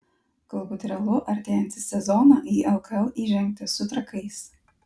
galbūt realu artėjantį sezoną į lkl įžengti su trakais